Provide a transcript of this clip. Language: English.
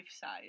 size